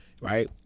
right